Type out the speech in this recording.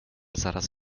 zaraz